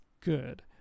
good